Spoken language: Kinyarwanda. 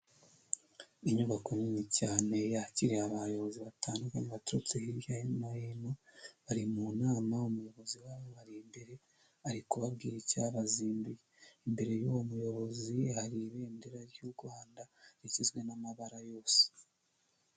Inyubako nini cyane yakiriye abayobozi batandukanye baturutse hirya no hino, bari mu nama umuyobozi wabo abari imbere ari kubababwira icyabazinduye, imbere y'uwo muyobozi hari ibendera ry'u Rwanda rigizwe n'amabara yose.